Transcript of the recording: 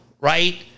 right